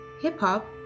hip-hop